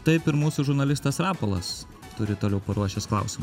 taip ir mūsų žurnalistas rapolas turi toliau paruošęs klausimą